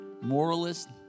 moralist